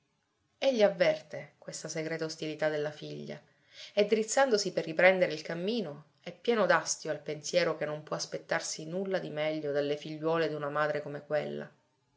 nascosto egli avverte questa segreta ostilità della figlia e drizzandosi per riprendere il cammino è pieno d'astio al pensiero che non può aspettarsi nulla di meglio dalle figliuole d'una madre come quella